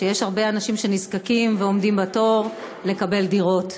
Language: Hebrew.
שם יש הרבה אנשים שנזקקים ועומדים בתור לקבל דירות.